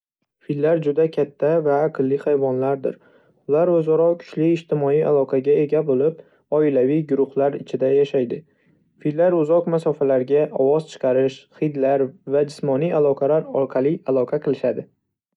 Fillar juda katta va aqlli hayvonlardir. Ular o'zaro kuchli ijtimoiy aloqaga ega bo'lib, oilaviy guruhlar ichida yashaydi. Fillar uzoq masofalarga ovoz chiqarish, hidlar va jismoniy aloqalar orqali aloqa qilishadi.